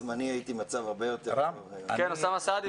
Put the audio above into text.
אוסאמה סעדי,